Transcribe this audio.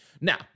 Now